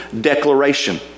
declaration